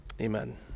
Amen